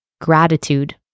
gratitude